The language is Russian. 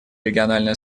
региональное